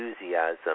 enthusiasm